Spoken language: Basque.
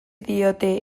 diote